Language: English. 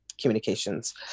communications